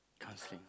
counselling